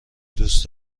دوس